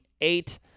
eight